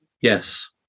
Yes